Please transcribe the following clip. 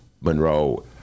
Monroe